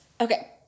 Okay